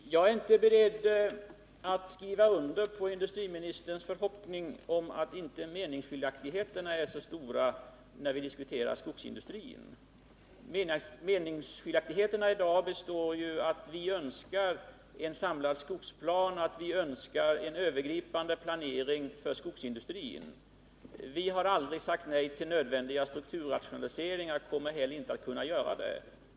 Herr talman! Jag är inte beredd att skriva under på industriministerns förhoppning om att meningsskiljaktigheterna inte kommer att vara så stora när vi diskuterar skogsindustrin. Meningsskiljaktigheterna i dag består i att vi önskar en samlad skogsplan och en övergripande planering för skogsindustrin. Vi har aldrig sagt nej till nödvändiga strukturrationaliseringar och kommer inte heller att kunna göra det.